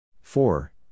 Four